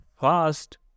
fast